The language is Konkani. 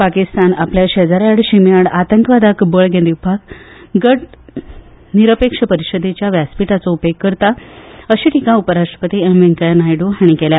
पाकिस्तान आपल्या शेजाऱ्यां आड शिमे आड आतंकवादाक बळगें दिवपाक गट निरपेक्ष परिशदेच्या व्यासपिठाचो उपेग करता अशी टिका उपरराष्ट्रपती एम वेंकय्या नायडू हांणी केली